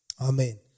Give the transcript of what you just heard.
Amen